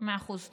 מאה אחוז.